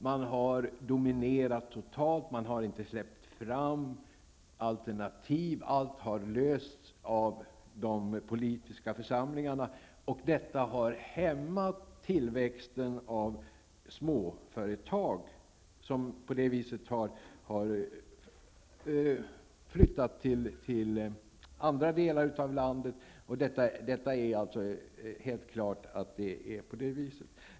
Man har dominerat totalt, och man har inte släppt fram alternativ; allt har lösts av de politiska församlingarna, och detta har hämmat tillväxten av småföretag, som på det viset har flyttat till andra delar av landet. Det är helt klart att det är på det viset.